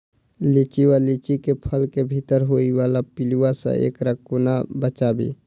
लिच्ची वा लीची केँ फल केँ भीतर होइ वला पिलुआ सऽ एकरा कोना बचाबी?